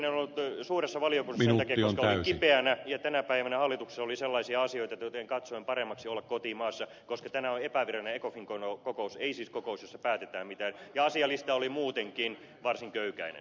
en ollut suuressa valiokunnassa sen takia että olin kipeänä ja tänä päivänä hallituksessa oli sellaisia asioita joiden takia katsoin paremmaksi olla kotimaassa koska tänään on epävirallinen ecofin kokous ei siis kokous jossa päätetään jotain ja asialista oli muutenkin varsin köykäinen